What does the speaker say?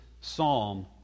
psalm